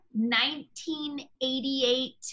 1988